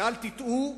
ואל תטעו,